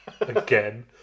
again